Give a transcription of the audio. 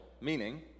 meaning